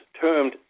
termed